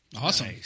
awesome